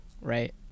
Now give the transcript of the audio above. right